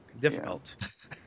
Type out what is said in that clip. difficult